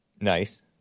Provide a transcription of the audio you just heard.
Nice